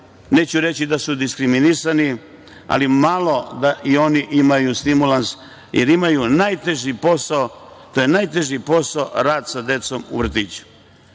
neću reći da su diskriminisani, ali malo da i oni imaju stimulans jer imaju najteži posao. To je najteži posao, rad sa decom u vrtiću. Ja